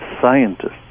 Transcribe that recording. scientists